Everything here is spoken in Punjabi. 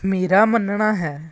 ਮੇਰਾ ਮੰਨਣਾ ਹੈ